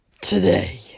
Today